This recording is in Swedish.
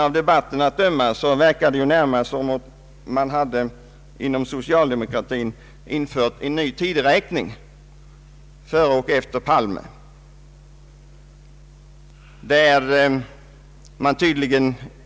Av debatten att döma verkar det närmast som om socialdemokratin hade infört en ny tideräkning — före och efter Palme som statsminister.